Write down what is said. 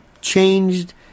changed